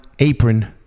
Apron